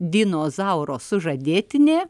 dinozauro sužadėtinė